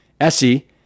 Essie